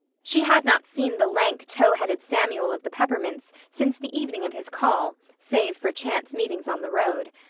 she had not seen the lank, tow-headed samuel of the peppermints since the evening of his call, save for chance meetings on the road.